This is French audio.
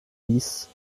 dix